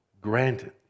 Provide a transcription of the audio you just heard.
granted